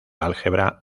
álgebra